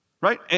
right